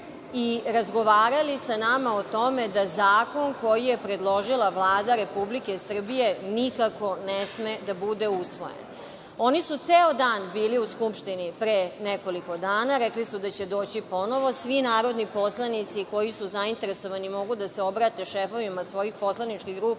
i razgovarali sa nama o tome da zakon koji je predložila Vlada RS nikako ne sme da bude usvojen. Oni su ceo dan bili u Skupštini, pre nekoliko dana, rekli su da će doći ponovo. Svi narodni poslanici koji su zainteresovani, mogu da se obrate šefovima svojih poslaničkih grupa